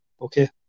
Okay